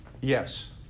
Yes